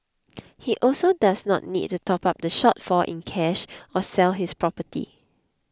he also does not need to top up the shortfall in cash or sell his property